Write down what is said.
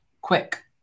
quick